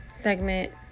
segment